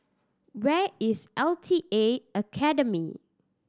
where is L T A Academy